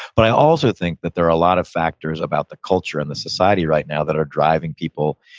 but i also think that there are a lot of factors about the culture in the society right now that are driving people,